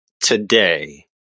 today